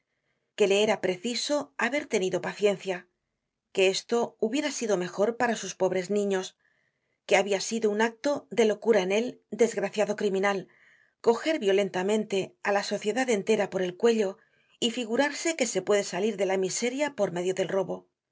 que le era preciso haber tenido paciencia que esto hubiera sido mejor para sus pobres niños que habia sido un acto de locura en él desgraciado criminal coger violentamente á la sociedad entera por el cuello y figurarse que se puede salir de la miseria por medio del robo que